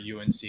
UNC